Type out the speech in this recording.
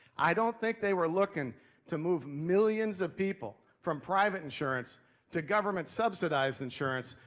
i don't think they were lookin to move millions of people from private insurance to government-subsidized insurance,